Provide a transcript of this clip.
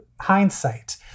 hindsight